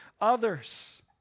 others